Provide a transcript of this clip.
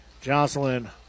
Jocelyn